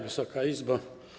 Wysoka Izbo!